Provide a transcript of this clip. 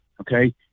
okay